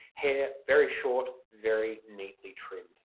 hair very short, very neatly trimmed.